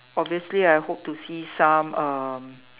obviously I hope to see some um